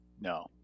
no